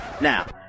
now